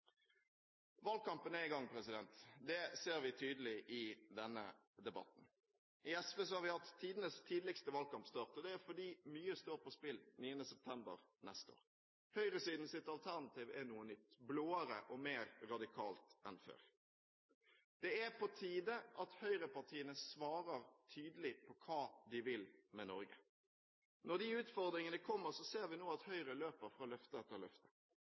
Valgkampen er i gang. Det ser vi tydelig i denne debatten. I SV har vi hatt tidenes tidligste valgkampstart. Det er fordi mye står på spill 9. september neste år. Høyresidens alternativ er noe nytt – blåere og mer radikalt enn før. Det er på tide at høyrepartiene svarer tydelig på hva de vil med Norge. Når disse utfordringene kommer, ser vi nå at Høyre løper fra løfte